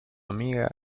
amiga